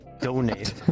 donate